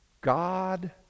God